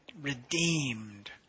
redeemed